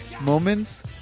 moments